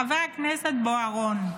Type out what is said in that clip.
חבר הכנסת בוארון.